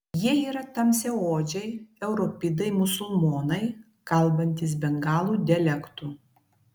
jie yra tamsiaodžiai europidai musulmonai kalbantys bengalų dialektu